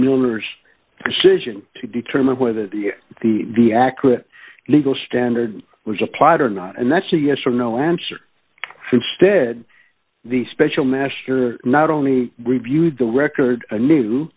miller's decision to determine whether the the the accurate legal standard was applied or not and that's a yes or no answer instead the special master not only reviewed the record a new